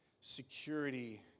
security